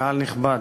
קהל נכבד,